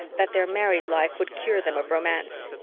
that their married life would cure them of romance.